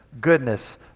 goodness